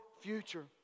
future